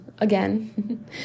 again